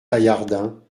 paillardin